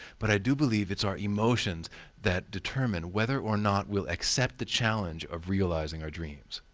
but i do believe it's our emotions that determine whether or not we'll accept the challenge of realizing our dreams.